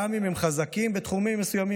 גם אם הם חזקים ממך בתחומים מסוימים.